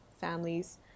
families